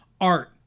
art